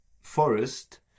forest